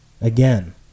again